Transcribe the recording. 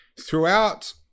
Throughout